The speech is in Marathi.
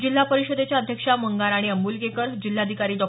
जिल्हा परिषदेच्या अध्यक्षा मंगाराणी अंब्लगेकर जिल्हाधिकारी डॉ